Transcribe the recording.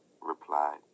replied